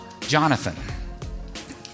Jonathan